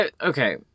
okay